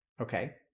Okay